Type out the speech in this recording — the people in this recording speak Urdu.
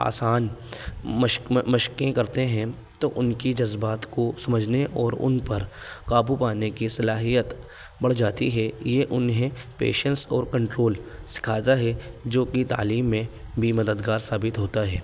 آسان مشقیں کرتے ہیں تو ان کی جذبات کو سمجھنے اور ان پر قابو پانے کی صلاحیت بڑھ جاتی ہے یہ انہیں پیشنس اور کنٹرول سکھاتا ہے جو کہ تعلیم میں بھی مددگار ثابت ہوتا ہے